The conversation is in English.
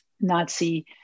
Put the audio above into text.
Nazi